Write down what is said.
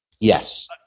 Yes